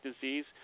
disease